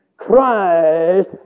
Christ